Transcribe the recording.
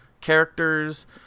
characters